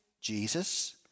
Jesus